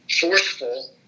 forceful